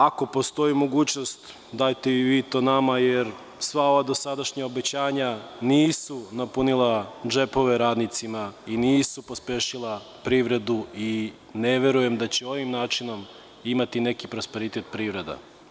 Ako postoji mogućnost dajte i vi to nama, jer sva dosadašnja obećanja nisu napunila džepove radnicima i nisu pospešila privredu a ne verujem da će ovaj način imati prosperitet u privredi.